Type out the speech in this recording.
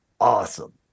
Awesome